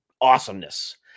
awesomeness